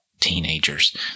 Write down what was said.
teenagers